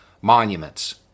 monuments